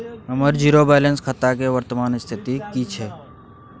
हमर zero balance खाता के वर्तमान स्थिति की छै?